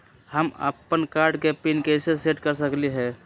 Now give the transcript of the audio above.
हम अपन कार्ड के पिन कैसे सेट कर सकली ह?